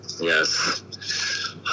yes